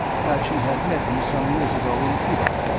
that she had met you some years ago in cuba.